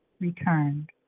returned